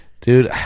Dude